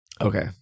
Okay